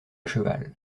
cheval